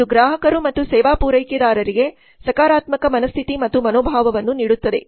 ಇದು ಗ್ರಾಹಕರು ಮತ್ತು ಸೇವಾ ಪೂರೈಕೆದಾರರಿಗೆ ಸಕಾರಾತ್ಮಕ ಮನಸ್ಥಿತಿ ಮತ್ತು ಮನೋಭಾವವನ್ನು ನೀಡುತ್ತದೆ